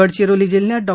गडचिरोली जिल्ह्यात डॉ